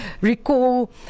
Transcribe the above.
recall